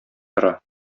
тора